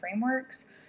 frameworks